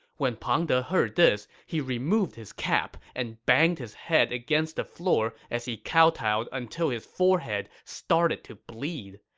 when pang de heard this, he removed his cap and banged his head against the floor as he kowtowed until his forehead started to bleed.